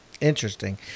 Interesting